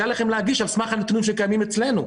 להם להגיש על סמך הנתונים שקיימים אצלה.